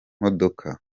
modoka